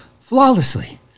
flawlessly